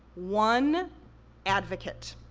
one advocate.